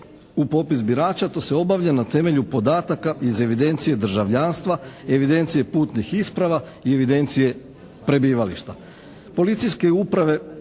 u popis birača to se obavlja na temelju podataka iz evidencije državljanstva, evidencije putnih isprava i evidencije prebivališta.